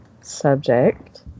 subject